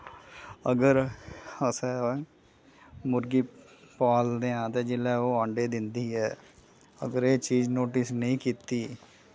अगर असैं मुर्गी पालदे आं ते जिल्लै ओह् अंडे दिंदी ऐ अगर एह् चीज नोटिस नेईं कीती